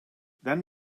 then